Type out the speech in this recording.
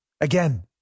Again